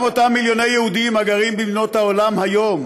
גם אותם מיליוני יהודים הגרים במדינות העולם היום